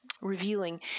revealing